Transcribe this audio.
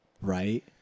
Right